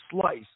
slice